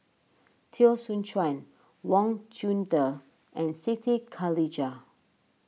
Teo Soon Chuan Wang Chunde and Siti Khalijah